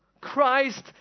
Christ